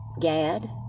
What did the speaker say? Gad